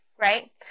Right